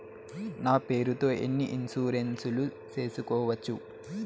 నా పేరుతో ఎన్ని ఇన్సూరెన్సులు సేసుకోవచ్చు?